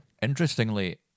interestingly